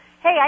Hey